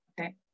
okay